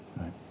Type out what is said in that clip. Right